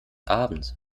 abends